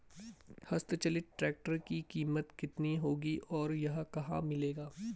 हस्त चलित ट्रैक्टर की कीमत कितनी होगी और यह कहाँ मिलेगा?